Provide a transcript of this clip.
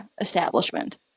establishment